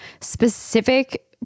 specific